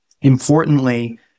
importantly